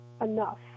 enough